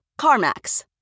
CarMax